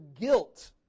guilt